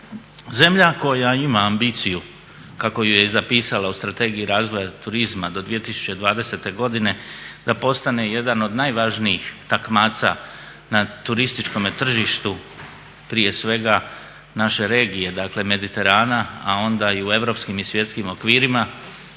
Zemlja koja ima ambiciju kako ju je i zapisala u Strategiji razvoja turizma do 2020. godine da postane jedan od najvažnijih takmaca na turističkome tržištu prije svega naše regije, dakle mediterana, a onda i u europskim i svjetskim okvirima